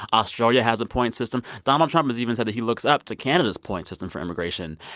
australia has a point system. donald trump has even said that he looks up to canada's point system for immigration.